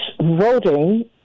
voting